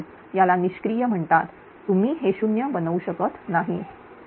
याला निष्क्रिय म्हणतात तुम्ही हे 0 बनवू शकत नाही